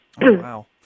wow